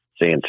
seeing